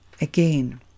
again